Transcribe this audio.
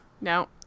No